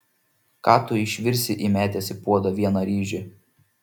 ką tu išvirsi įmetęs į puodą vieną ryžį